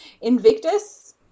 invictus